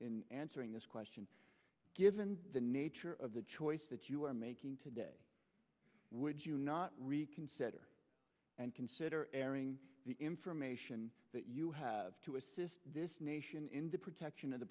in answering this question given the nature of the choice that you are making today would you not reconsider and consider airing the information that you have to assist this nation in the protection of the